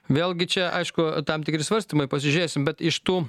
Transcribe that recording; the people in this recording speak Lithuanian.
vėlgi čia aišku tam tikri svarstymai pasižiūrėsim bet iš tų